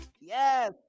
Yes